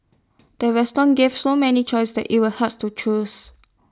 the restaurant gave so many choices that IT was hard to choose